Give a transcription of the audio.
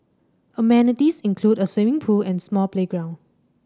amenities include a swimming pool and small playground